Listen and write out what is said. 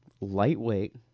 lightweight